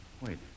wait